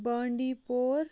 بانٛڈی پوٗر